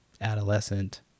adolescent